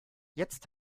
jetzt